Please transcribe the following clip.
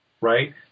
right